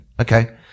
Okay